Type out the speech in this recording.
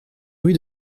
rue